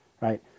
right